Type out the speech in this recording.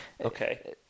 Okay